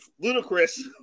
ludicrous